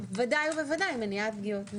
ודאי מניעת פגיעות מיניות.